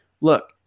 Look